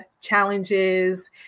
challenges